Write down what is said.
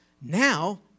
Now